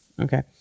Okay